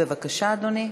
בבקשה, אדוני.